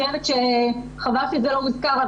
חבל שזה לא מוזכר,